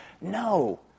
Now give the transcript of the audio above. No